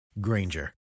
Granger